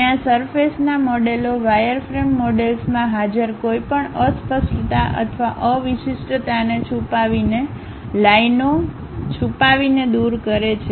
અને આ સરફેસના મોડેલો વાયરફ્રેમ મોડેલ્સમાં હાજર કોઈપણ અસ્પષ્ટતા અથવા અ વિશિષ્ટતાને છુપાવીને લાઈનઓ છુપાવીને દૂર કરે છે